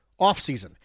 offseason